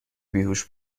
بیهوش